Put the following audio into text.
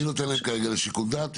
אני נותן להם כרגע לשיקול דעת.